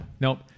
Nope